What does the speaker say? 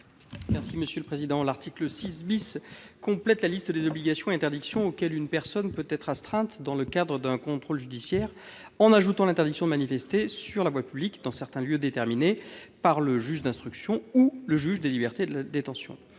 présenter l'amendement n° 15. L'article 6 vise à compléter la liste des obligations et interdictions auxquelles une personne peut être astreinte dans le cadre d'un contrôle judiciaire, en ajoutant l'interdiction de manifester sur la voie publique dans certains lieux déterminés par le juge d'instruction ou le juge des libertés et de la détention.